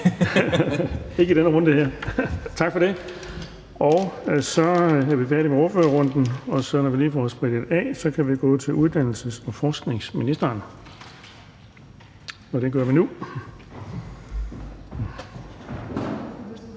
Ikke i den her runde. Tak for det. Så er vi færdige med ordførerrunden. Når vi lige har fået sprittet af, kan vi gå til uddannelses- og forskningsministeren. Kl.